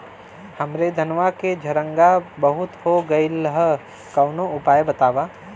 हमरे धनवा में झंरगा बहुत हो गईलह कवनो उपाय बतावा?